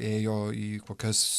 ėjo į kokias